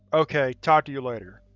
ok, talk to you later.